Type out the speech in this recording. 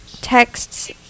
texts